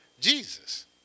Jesus